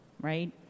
right